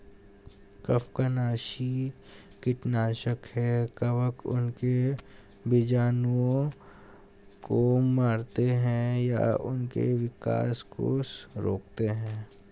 कवकनाशी कीटनाशक है कवक उनके बीजाणुओं को मारते है या उनके विकास को रोकते है